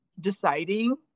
deciding